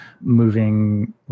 moving